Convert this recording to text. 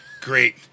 Great